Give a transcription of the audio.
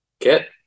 get